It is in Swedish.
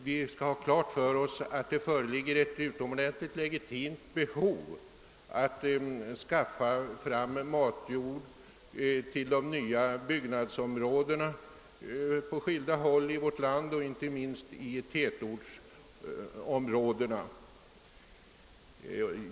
Vi skall ha klart för oss att det föreligger ett i hög grad legitimt behov av att förse nybyggnadsområdena på skilda håll i vårt land med matjord, och detta gäller inte minst i tätortsområdena.